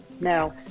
no